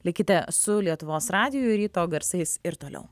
likite su lietuvos radiju ir ryto garsais ir toliau